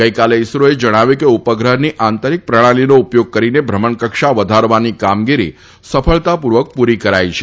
ગઈકાલે ઇસરોએ જણાવ્યું કે ઉપગ્રહની આંતરીક પ્રણાલીનો ઉપયોગ કરીને ભ્રમણકક્ષા વધારવાની કામગીરી સફળતાપૂર્વક પૂરી કરાઇ છે